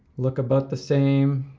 look about the same.